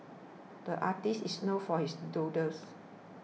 the artist is known for his doodles